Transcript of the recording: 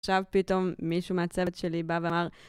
עכשיו פתאום מישהו מהצוות שלי בא ואמר